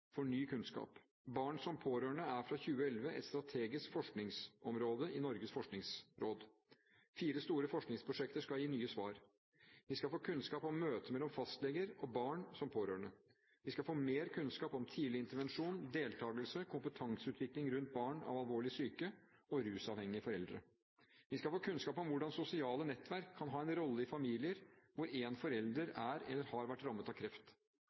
Barn som pårørende er fra 2011 et strategisk forskningsområde i Norges forskningsråd. Fire store forskningsprosjekter skal gi nye svar. Vi skal få kunnskap om møtet mellom fastleger og barn som pårørende. Vi skal få mer kunnskap om tidlig intervensjon, deltakelse og kompetanseutvikling rundt barn av alvorlig syke og rusavhengige foreldre. Vi skal få kunnskap om hvordan sosiale nettverk kan spille en rolle i familier hvor en forelder er eller har vært rammet av kreft.